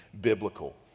biblical